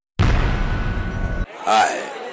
Hi